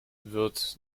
wird